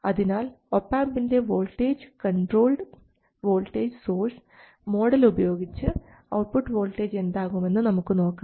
അതിനാൽ ഒപാംപിൻറെ voltage controlled voltage source model ഉപയോഗിച്ച് ഔട്ട്പുട്ട് വോൾട്ടേജ് എന്താകുമെന്ന് നമുക്ക് നോക്കാം